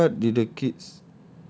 then what did the kids